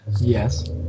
yes